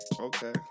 Okay